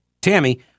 Tammy